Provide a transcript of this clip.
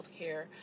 healthcare